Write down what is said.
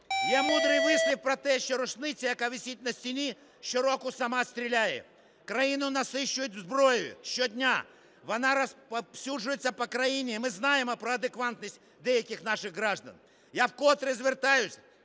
Є мудрий вислів про те, що рушниця, яка висить на стіні, щороку сама стріляє. Країну насичують зброєю щодня, вона розповсюджується по країні, і ми знаємо про адекватність деяких наших граждан. Я вкотре звертаюся